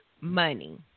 money